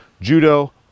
judo